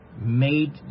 made